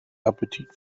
appetit